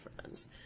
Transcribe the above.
friends